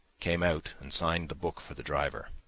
came out and signed the book for the driver.